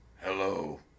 Hello